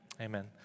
Amen